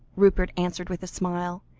rupert answered with a smile,